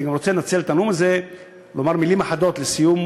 אני גם רוצה לנצל את הנאום הזה לומר מילים אחדות לסיום